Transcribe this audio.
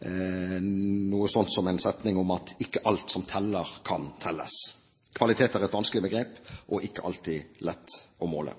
setningen «ikke alt som teller, kan telles». Kvalitet er et vanskelig begrep, og ikke alltid lett å måle.